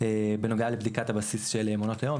בנוגע לבדיקת הבסיס של מעונות יום,